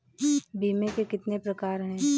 बीमे के कितने प्रकार हैं?